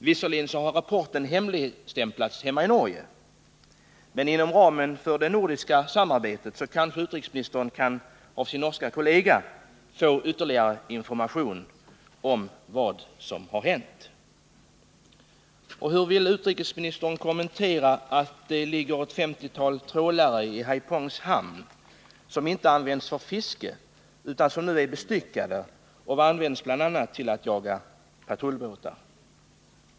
Visserligen har rapporten hemligstämplats i Norge, men inom ramen för det nordiska samarbetet kanske utrikesministern av sin norske kollega kan få ytterligare information om vad som har hänt. Hur vill utrikesministern kommentera uppgiften om att det ligger ett 50-tal trålare i Haiphongs hamn som inte används för fiske utan som nu är bestyckade och används bl.a. för att jaga patrullbåtar?